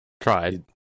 tried